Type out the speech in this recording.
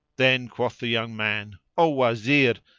then quoth the young man, o wazir,